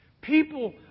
People